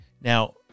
Now